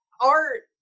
art